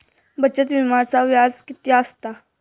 बचत विम्याचा व्याज किती असता?